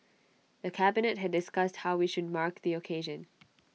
the cabinet had discussed how we should mark the occasion